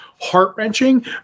heart-wrenching